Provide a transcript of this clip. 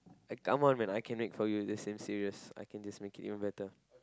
I come on man I can make for you the same serious I can just make it even better